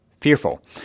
fearful